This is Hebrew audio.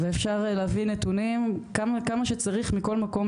ואפשר להביא נתונים כמה שצריך מכל מקום,